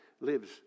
lives